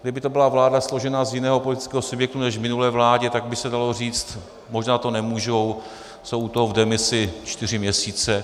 Kdyby to byla vláda složená z jiného politického subjektu než v minulé vládě, tak by se dalo říci: možná to nemohou, jsou v demisi čtyři měsíce.